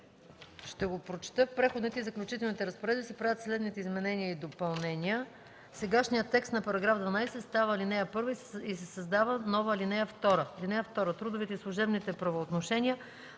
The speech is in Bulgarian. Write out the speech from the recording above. и група – в Преходните и заключителни разпоредби се правят следните изменения и допълнения: „Сегашният текст на § 12 става алинея 1 и се създава нова ал. 2: „(2) Трудовите и служебните правоотношения